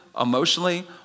emotionally